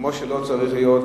כמו שלא צריך להיות,